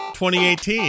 2018